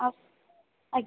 ଆଉ ଆଜ୍ଞା